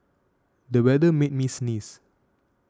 the weather made me sneeze